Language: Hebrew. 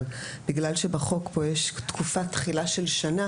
אבל בגלל שבחוק יש תקופת תחילה של שנה